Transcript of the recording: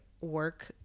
work